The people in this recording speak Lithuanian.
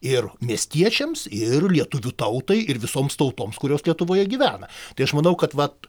ir miestiečiams ir lietuvių tautai ir visoms tautoms kurios lietuvoje gyvena tai aš manau kad vat